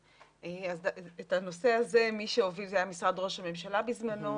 את הנושא הזה מי שהוביל זה היה משרד ראש הממשלה בזמנו,